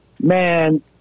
Man